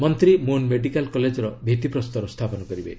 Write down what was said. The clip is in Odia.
ମନ୍ତ୍ରୀ ମୋନ୍ ମେଡ଼ିକାଲ କଲେଜର ଭିତ୍ତିପ୍ରସ୍ତର ସ୍ଥାପନ କରିବେ